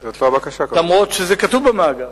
למרות שזה כתוב במאגר.